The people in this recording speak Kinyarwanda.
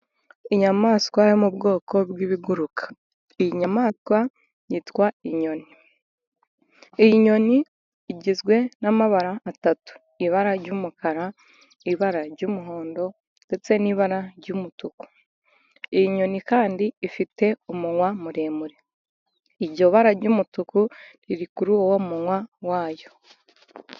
Inyamaswa yo mu bwoko bw'ibiguruka iyi nyamaswa yitwa inyoni, iyi nyoni igizwe n'amabara atatu ibara ry'umukara, ibara ry'umuhondo, ndetse n'ibara ry'umutuku. Iyi nyoni kandi ifite umunwa muremure iryo bara ry'umutuku riri kuri uwo munwa wayo.